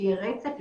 שיהיה רצף,